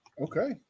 Okay